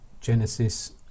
Genesis